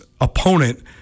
opponent